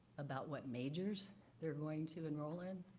about what majors they're going to enroll in.